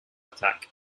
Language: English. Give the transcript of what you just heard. attack